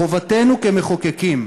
חובתנו כמחוקקים,